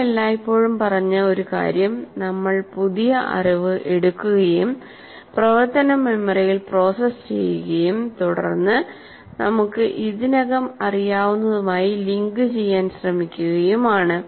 നമ്മൾ എല്ലായ്പ്പോഴും പറഞ്ഞ ഒരു കാര്യം നമ്മൾ പുതിയ അറിവ് എടുക്കുകയും പ്രവർത്തന മെമ്മറിയിൽ പ്രോസസ്സ് ചെയ്യുകയും തുടർന്ന് നമുക്ക് ഇതിനകം അറിയാവുന്നതുമായി ലിങ്കുചെയ്യാൻ ശ്രമിക്കുകയുമാണ്